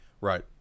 right